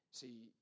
see